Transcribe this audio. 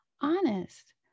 honest